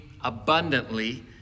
abundantly